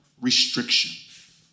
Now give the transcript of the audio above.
restriction